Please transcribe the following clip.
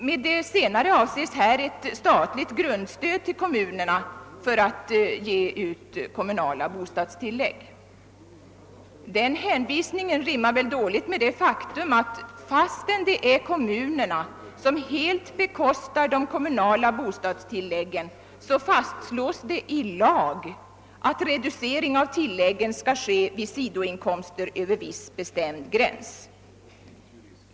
Med det senare avses här ett statligt grundstöd till kommunerna för utgivandet av de kommunala bostadstilläggen. Den hänvisningen rimmar väl dåligt med det faktum, att fastän det är kommunerna som helt bekostar de kommunala bostadstilläggen så fastslås det i lag, att reducering av tilläggen skall ske vid sidoinkomster över viss bestämd gräns.